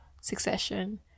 succession